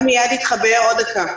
נמצא?